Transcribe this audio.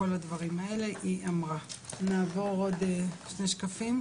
של השקף הזה היא להראות את ההתפתחות של מודל השחרור